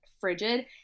frigid